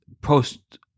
post-